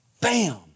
Bam